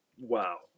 wow